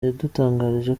yadutangarije